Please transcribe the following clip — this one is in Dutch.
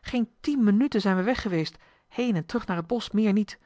geen tien minuten zijn we weg geweest heen en terug naar het bosch meer niet